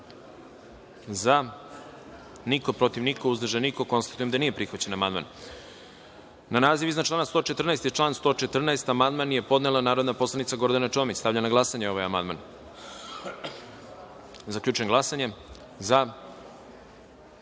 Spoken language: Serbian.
četiri, protiv – niko, uzdržan – niko. Konstatujem da nije prihvaćen amandman. Na naziv iznad člana 42. i član 42. amandman je podnela narodna poslanica Gordana Čomić. Stavljam na glasanje ovaj amandman. Zaključujem glasanje: za